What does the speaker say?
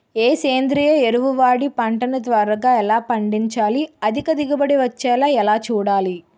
ఏ సేంద్రీయ ఎరువు వాడి పంట ని త్వరగా ఎలా పండించాలి? అధిక దిగుబడి వచ్చేలా ఎలా చూడాలి?